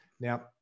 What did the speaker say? Now